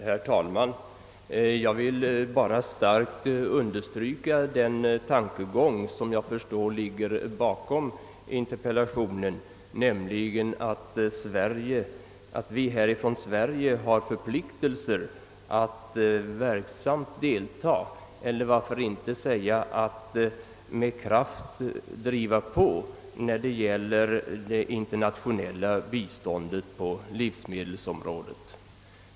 Herr talman! Jag vill bara starkt understryka den tankegång som jag förstår ligger bakom interpellationen, nämligen att Sverige har förpliktelser att verksamt delta, eller varför inte säga att med kraft driva på, när det gäller det internationella biståndet på livsmedelsområdet.